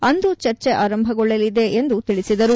ಅಂದು ಚರ್ಚೆ ಆರಂಭಗೊಳ್ಳಲಿದೆ ಎಂದು ತಿಳಿಸಿದರು